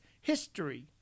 history